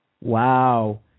Wow